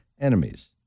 enemies